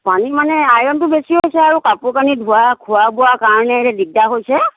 পানী মানে আইৰণটো বেছি হৈছে আৰু কাপোৰ কানি ধোৱা খোৱা বোৱাৰ কাৰণে দিগদাৰ হৈছে